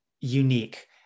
unique